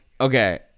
okay